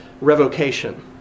revocation